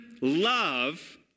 love